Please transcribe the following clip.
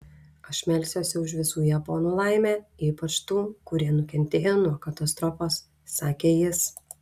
aš melsiuosi už visų japonų laimę ypač tų kurie nukentėjo nuo katastrofos sakė jis